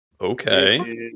okay